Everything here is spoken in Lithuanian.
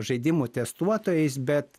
žaidimų testuotojais bet